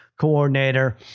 coordinator